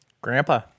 Grandpa